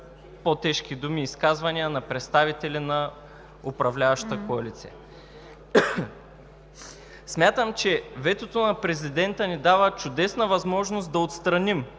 по-тежки думи, изказвания на представители на управляващата коалиция. Смятам, че ветото на президента ни дава чудесна възможност да отстраним